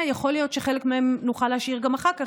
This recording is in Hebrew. יכול להיות שחלק מהם נוכל להשאיר גם אחר כך,